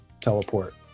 teleport